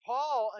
Paul